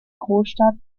großstadt